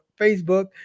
Facebook